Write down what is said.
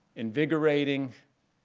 invigorating,